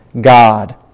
God